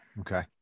Okay